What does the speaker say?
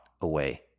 away